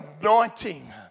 anointing